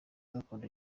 gakondo